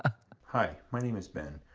hi, my name is ben.